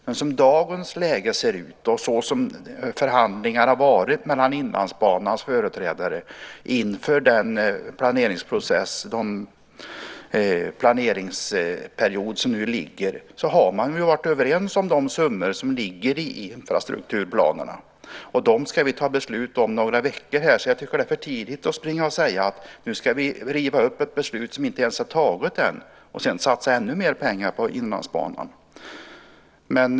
Men som det i dagsläget ser ut och som förhandlingarna varit mellan Inlandsbanans företrädare inför den planeringsperiod som nu ligger har man ju varit överens om de summor som finns i infrastrukturplanerna. Dessa ska vi om några veckor här ta beslut om. Jag tycker därför att det är för tidigt att springa och säga att vi nu ska riva upp beslutet - beslut är ju inte ens fattat ännu - och sedan satsa ännu mer pengar på Inlandsbanan.